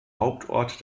hauptort